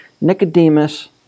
Nicodemus